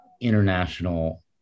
international